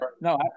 no